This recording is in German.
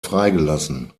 freigelassen